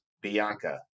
Bianca